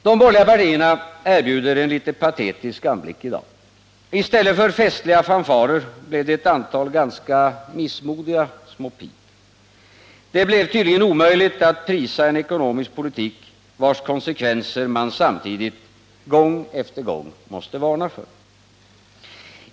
De borgerliga partierna erbjuder en litet patetisk anblick i dag. I stället för festliga fanfarer blev det ett antal ganska missmodiga små pip. Det blev tydligen omöjligt att prisa en ekonomisk politik, vars konsekvenser man samtidigt gång på gång måste varna för.